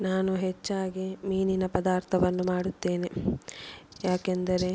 ನಾನು ಹೆಚ್ಚಾಗಿ ಮೀನಿನ ಪದಾರ್ಥವನ್ನು ಮಾಡುತ್ತೇನೆ ಯಾಕೆಂದರೆ